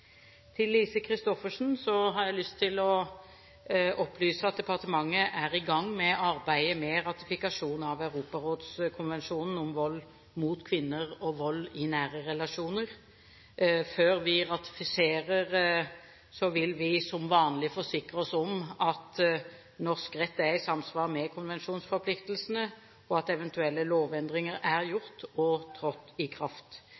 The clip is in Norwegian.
Til Lise Christoffersen har jeg lyst til å opplyse at departementet er i gang med arbeidet med ratifikasjon av Europarådskonvensjonen om vold mot kvinner og vold i nære relasjoner. Før vi ratifiserer, vil vi, som vanlig, forsikre oss om at norsk rett er i samsvar med konvensjonsforpliktelsene, og at eventuelle lovendringer er gjort og trådt i kraft.